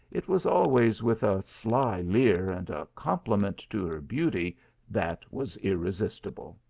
it was always with a sly leer and a compliment to her beauty that was irre sistible.